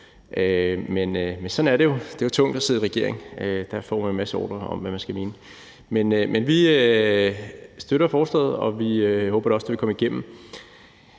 Men sådan er det jo. Det er tungt at sidde i regering; der får man en masse ordrer om, hvad man skal mene. Men vi støtter forslaget, og vi håber da også, at det vil komme igennem.